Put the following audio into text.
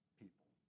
people